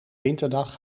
winterdag